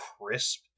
crisp